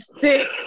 sick